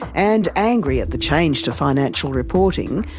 and angry at the change to financial reporting,